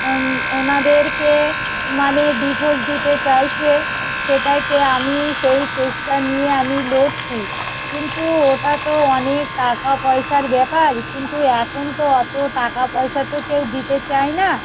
ওনাদেরকে মানে ডিভোর্স দিতে চাইছে সেটাকে আমি সেই কেসটা নিয়ে আমি লড়ছি কিন্তু ওটা তো অনেক টাকা পয়সার ব্যাপার কিন্তু এখন তো অত টাকা পয়সা তো কেউ দিতে চায় না